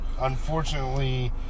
unfortunately